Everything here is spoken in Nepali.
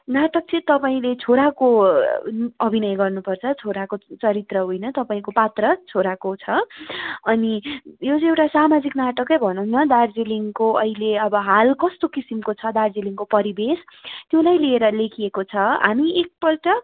नाटक चाहिँ तपाईँले छोराको अभिनय गर्नु पर्छ छोराको चरित्र होइन तपाईँको पात्र छोराको छ अनि यो चाहिँ एउटा सामाजिक नाटक भनौँ न दार्जिलिङको अहिले अब हाल कस्तो किसिमको छ दार्जिलिङको परिवेश त्यो नै लिएर लेखिएको छ हामी एक पल्ट